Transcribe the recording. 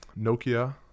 nokia